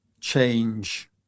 change